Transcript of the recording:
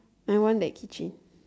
I want that keychain